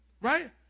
Right